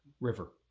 River